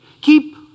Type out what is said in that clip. Keep